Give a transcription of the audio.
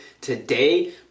today